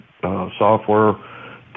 software